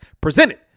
presented